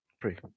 Pray